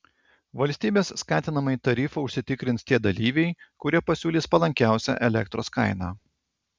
valstybės skatinamąjį tarifą užsitikrins tie dalyviai kurie pasiūlys palankiausią elektros kainą